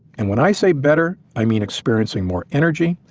and when i say better i mean experiencing more energy,